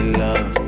love